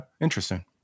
interesting